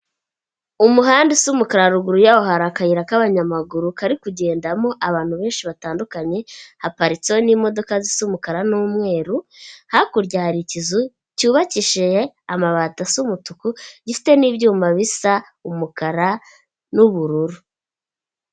Umuhanda usa umukara ruguru yaho hari akayira k'abanyamaguru, kari kugendamo abantu benshi batandukanye, haparitseho n'imodoka zisa umukara n'umweru, hakurya hari ikizu cyubakishije amabati asa umutuku, gifite n'ibyuma bisa umukara n'ubururu.